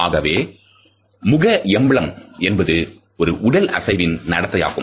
ஆகவே முக எம்பலம் என்பது ஒரு உடல் அசைவின் நடத்தை ஆகும்